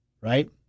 Right